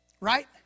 right